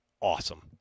awesome